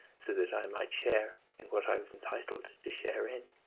so that i might share in what i was entitled to share in.